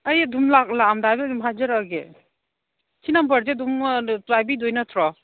ꯑꯩ ꯑꯗꯨꯝ ꯂꯥꯛꯑꯝꯗꯥꯏꯗ ꯑꯗꯨꯝ ꯍꯥꯏꯖꯔꯛꯑꯒꯦ ꯁꯤ ꯅꯝꯕꯔꯁꯦ ꯑꯗꯨꯝ ꯄꯥꯏꯕꯤꯗꯣꯏ ꯅꯠꯇ꯭ꯔꯣ